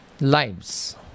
lives